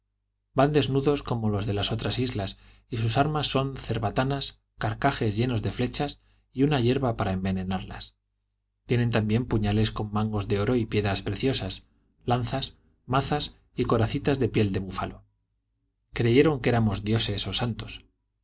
van desnudos como los de otras islas y sus armas son cerbatanas carcajes llenos de flechas y una yerba para envenenarlas tienen también puñales con mang os de oro y piedras preciosas lanzas mazas y coracitas de piel de búfalo creyeron que éramos dioses o santos